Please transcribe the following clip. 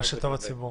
מה שטוב לציבור.